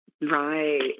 Right